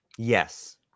Yes